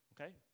Okay